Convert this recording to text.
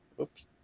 Oops